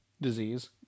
disease